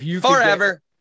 Forever